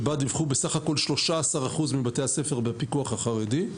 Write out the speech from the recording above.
שבה דיווחו בסך-הכול 13% מבתי הספר בפיקוח החרדי.